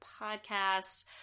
podcast